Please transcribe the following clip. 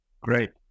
Great